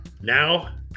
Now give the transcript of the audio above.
Now